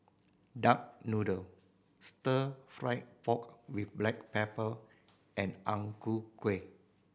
duck noodle Stir Fry pork with black pepper and Ang Ku Kueh